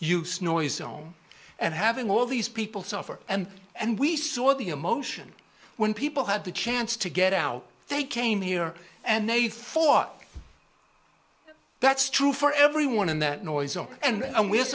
use noisome and having all these people suffer and and we saw the emotion when people had the chance to get out they came here and they thought that's true for everyone and that noise and we're